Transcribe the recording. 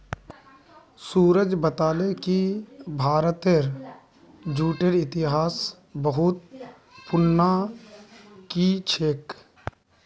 सूरज बताले कि भारतत जूटेर इतिहास बहुत पुनना कि छेक